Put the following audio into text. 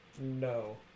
No